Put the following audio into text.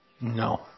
No